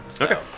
Okay